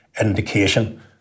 indication